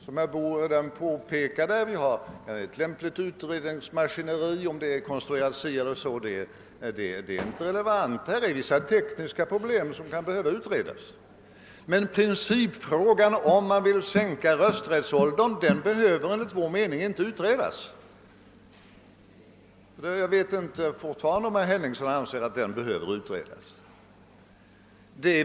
Som herr Boo redan påpekat finns ett lämpligt utredningsmaskineri och om det är konstruerat på det ena eller det andra sättet är inte avgörande. Det finns vissa tekniska problem som behöver utredas, men principfrågan om rösträttsåldern skall sänkas behöver enligt vår mening inte utredas. Jag vet fortfarande inte om herr Henningsson anser att den behöver utredas.